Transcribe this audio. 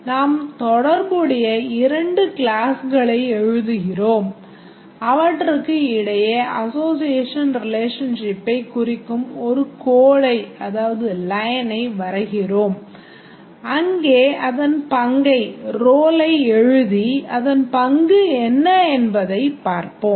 நாம் தொடர்புடைய 2 கிளாஸ்களை எழுதுகிறோம் அவற்றுக்கு இடையே association relationship ஐக் குறிக்கும் ஒரு கோட்டை எழுதி அதன் பங்கு என்ன என்பதை பார்ப்போம்